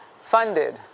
funded